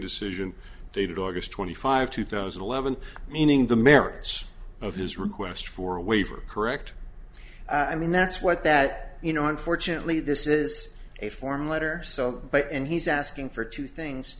decision dated august twenty five two thousand and eleven meaning the merits of his request for a waiver correct i mean that's what that you know unfortunately this is a form letter but and he's asking for two things